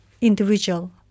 individual